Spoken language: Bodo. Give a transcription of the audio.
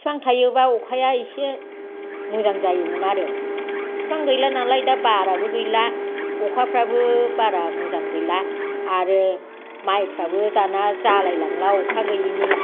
बिफां थायोबा अखाया एसे मोजां जायोमोन आरो बिफां गैला नालाय दा बाराबो गैला अखाफ्राबो बारा मोजां गैला आरो माइफ्राबो दाना जालाय लांला अखा गैयिनि